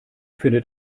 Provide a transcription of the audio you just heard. findet